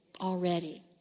already